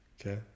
Okay